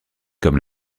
comme